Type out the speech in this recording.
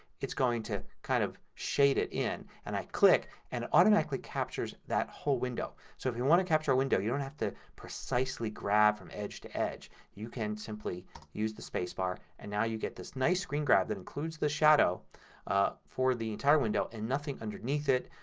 it's going to kind of shade it in and i click. it and automatically captures that whole window. so if you want to capture a window you don't have to precisely grab from edge to edge. you can simply use the spacebar. and now you get this nice screen grab that includes the shadow for the entire window and nothing underneath it,